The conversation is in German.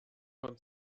von